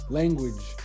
language